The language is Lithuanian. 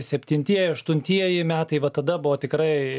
septintieji aštuntieji metai va tada buvo tikrai